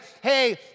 hey